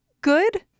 good